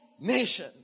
nation